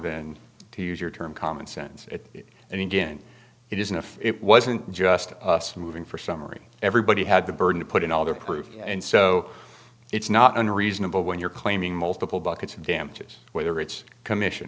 than to use your term common sense and again it isn't if it wasn't just us moving for summary everybody had the burden to put in all their proof and so it's not unreasonable when you're claiming multiple buckets of damages whether it's commission